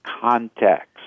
context